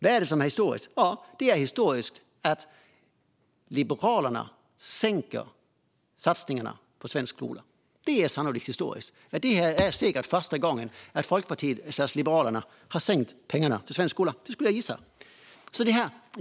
Vad är det som är historiskt? Jo, det är sannerligen historiskt att Liberalerna drar ned på satsningarna på svensk skola. Det är säkert första gången Folkpartiet/Liberalerna har skurit ned på pengarna till svensk skola; det skulle jag gissa.